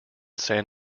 san